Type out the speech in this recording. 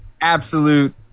absolute